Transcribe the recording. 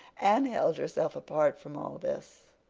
anne held herself apart from all this,